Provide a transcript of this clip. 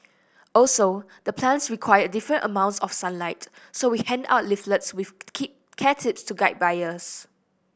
also the plants require different amounts of sunlight so we hand out leaflets with care tips to guide buyers